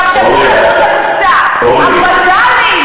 אורלי,